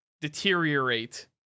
deteriorate